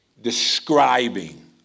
describing